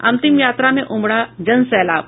अंतिम यात्रा में उमड़ा जनसैलाब